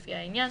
לפי העניין,